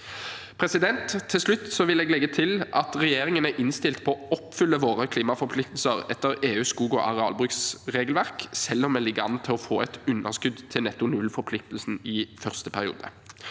i Norge. Til slutt vil jeg legge til at regjeringen er innstilt på å oppfylle våre klimaforpliktelser etter EUs skog- og arealbruksregelverk, selv om vi ligger an til å få et underskudd til netto-null-forpliktelsen i første periode.